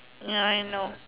ya I know